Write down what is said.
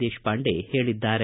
ದೇಶಪಾಂಡೆ ಹೇಳಿದ್ದಾರೆ